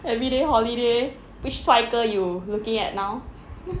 everyday holiday which 帅哥 you looking at now